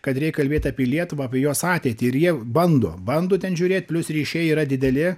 kad reik kalbėt apie lietuvą apie jos ateitį ir jie bando bando ten žiūrėt plius ryšiai yra dideli